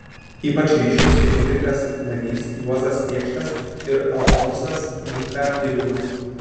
ypač ryškūs henrikas nagys juozas kėkštas ir alfonsas nyka niliūnas